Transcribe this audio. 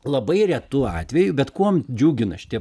labai retu atveju bet kuom džiugina šitie